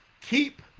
keep